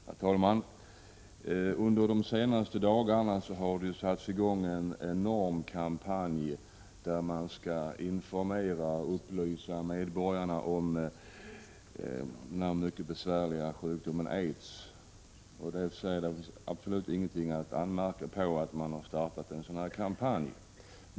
Herr talman! Under de senaste dagarna har en enorm kampanj satts i gång där medborgarna skall informeras och upplysas om den mycket besvärliga sjukdomen aids. Det är absolut ingenting att anmärka på att en sådan kampanj har startats.